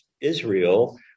Israel